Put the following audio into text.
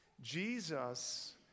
Jesus